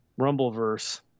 Rumbleverse